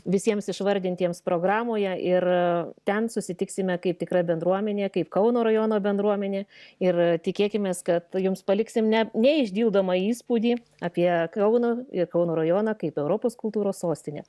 visiems išvardintiems programoje ir ten susitiksime kaip tikra bendruomenė kaip kauno rajono bendruomenė ir tikėkimės kad jums paliksim ne neišdildomą įspūdį apie kauną ir kauno rajoną kaip europos kultūros sostinę